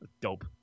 Dope